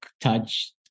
touch